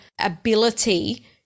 ability